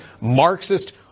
Marxist